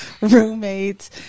roommates